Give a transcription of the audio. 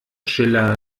schiller